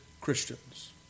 Christians